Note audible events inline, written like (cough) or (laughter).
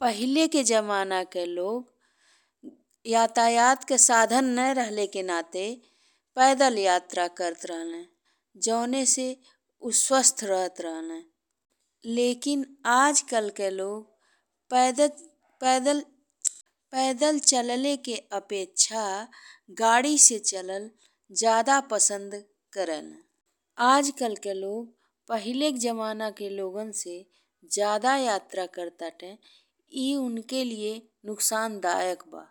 पहिले के जमाना के लोग (hesitation) यातायात के साधन ने रहले के नाते पैदल यात्रा करत रहले जवन से उ स्वस्थ रहत रहले लेकिन अजकल के लोग (hesitation) पैदल (noise) पैदल चलले के अपेक्षा गाड़ी से चलल ज्यादा पसन्द करेले। आजकल के लोग पहिले के जमाना के लोगन से ज्यादा यात्रा करतारे। ए उनकरा लागि नुकसानदयक बा।